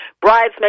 Bridesmaid